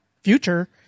future